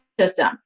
System